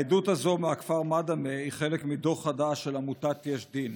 העדות הזאת מהכפר מדמא היא חלק מדוח חדש של עמותת יש דין.